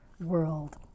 world